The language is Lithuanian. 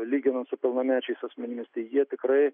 lyginant su pilnamečiais asmenimis tai jie tikrai